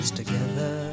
together